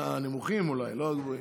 הנמוכים אולי, לא הגבוהים.